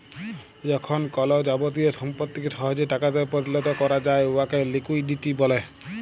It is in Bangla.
যখল কল যাবতীয় সম্পত্তিকে সহজে টাকাতে পরিলত ক্যরা যায় উয়াকে লিকুইডিটি ব্যলে